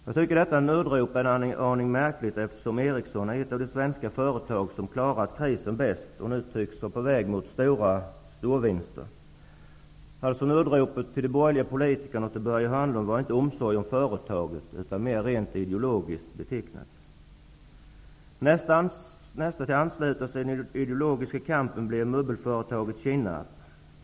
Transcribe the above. Jag tycker att detta nödrop är en aning märkligt, eftersom Ericsson är ett av de svenska företag som klarat krisen bäst och nu tycks vara på väg mot nya storvinster. Nödropet till de borgerliga politikerna och till Börje Hörnlund var inte tillkommet av omsorg om företaget, utan var rent ideologiskt betingat. Nästa att ansluta sig i den ideologiska kampen blev möbelföretaget Kinnarp.